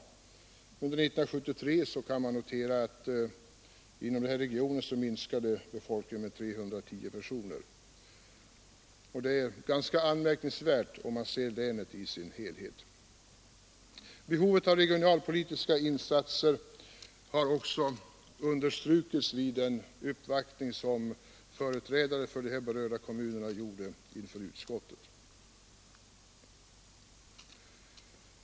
Under år 1973 minskade befolkningen inom denna region med 310 personer, och detta är ganska anmärkningsvärt om man ser till länet i dess helhet. Behovet av regionalpolitiska insatser har också understrukits vid en uppvaktning som företrädare för de här berörda kommunerna gjort inför utskottet.